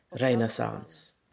Renaissance